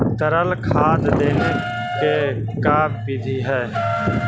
तरल खाद देने के का बिधि है?